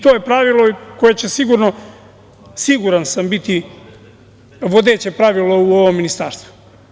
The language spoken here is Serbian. To je pravilo koje će, siguran sam, biti vodeće pravilo u ovom ministarstvu.